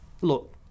look